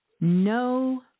No